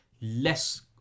less